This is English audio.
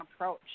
approach